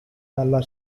dalla